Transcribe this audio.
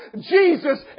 Jesus